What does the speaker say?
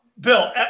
Bill